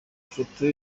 foto